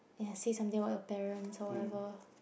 ya say something about your parents or whatever